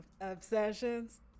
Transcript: obsessions